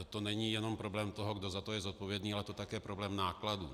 To není jenom problém toho, kdo za to je zodpovědný, ale je to také problém nákladů.